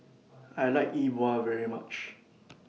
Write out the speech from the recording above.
I like Yi Bua very much